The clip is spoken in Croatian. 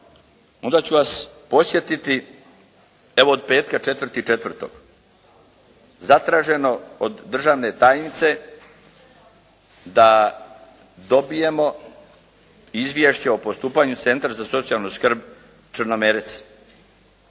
onda ću vas podsjetiti, evo od petka 04. 04. zatraženo od državne tajnice da dobijemo izvješće o postupanju Centra za socijalnu skrb Črnomerec.